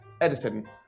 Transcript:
Edison